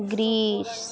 Greece